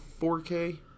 4K